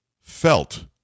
felt